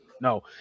no